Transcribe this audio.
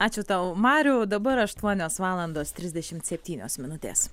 ačiū tau mariau dabar aštuonios valandos trisdešimt septynios minutės